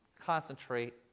concentrate